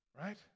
right